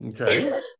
Okay